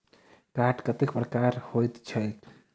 Card कतेक प्रकारक होइत छैक?